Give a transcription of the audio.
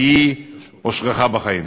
כי היא אושרך בחיים.